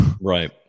right